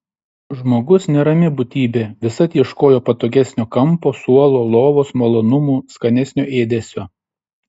žmogus nerami būtybė visad ieškojo patogesnio kampo suolo lovos malonumų skanesnio ėdesio